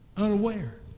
Unaware